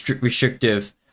restrictive